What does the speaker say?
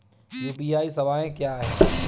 UPI सवायें क्या हैं?